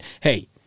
hey